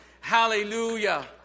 Hallelujah